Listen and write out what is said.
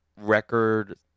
Record